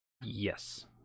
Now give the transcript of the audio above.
Yes